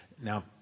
now